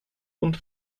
und